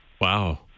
Wow